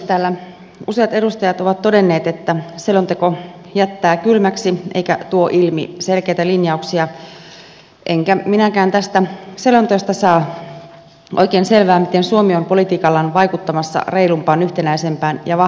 täällä useat edustajat ovat todenneet että selonteko jättää kylmäksi eikä tuo ilmi selkeitä linjauksia enkä minäkään tästä selonteosta saa oikein selvää miten suomi on politiikallaan vaikuttamassa reilumpaan yhtenäisempään ja vahvempaan unioniin